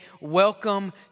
welcome